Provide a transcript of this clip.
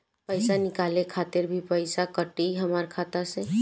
पईसा निकाले खातिर भी पईसा कटी हमरा खाता से?